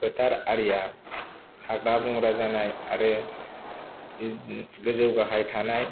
फोथार आरिया हाग्रा बंग्रा जानाय आरो बिदिनो गोजौ गाहाय थानाय